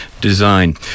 design